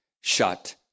shut